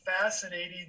fascinating